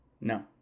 No